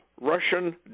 Russian